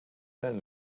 ten